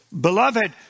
beloved